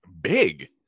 big